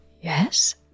yes